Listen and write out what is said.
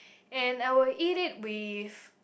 and I will eat it with